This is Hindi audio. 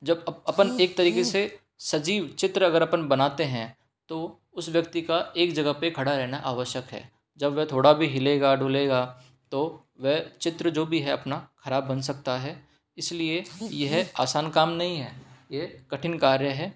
जब अपन एक तरीके से सजीव चित्र अगर अपन बनाते हैं तो उस व्यक्ति का एक जगह पे खड़ा रहना आवश्यक है जब वह थोड़ा भी हिलेगा डुलेगा तो वह चित्र जो भी है अपना खराब बन सकता है इसलिए यह आसान काम नहीं है ये कठिन कार्य है